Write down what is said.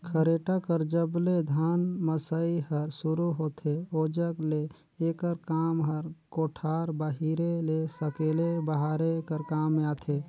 खरेटा कर जब ले धान मसई हर सुरू होथे ओजग ले एकर काम हर कोठार बाहिरे ले सकेले बहारे कर काम मे आथे